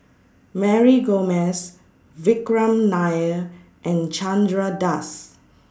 Mary Gomes Vikram Nair and Chandra Das